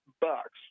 bucks